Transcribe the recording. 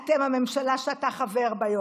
הממשלה שאתה חבר בה,